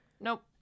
Nope